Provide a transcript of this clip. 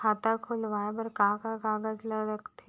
खाता खोलवाये बर का का कागज ल लगथे?